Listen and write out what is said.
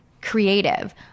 creative